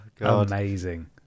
amazing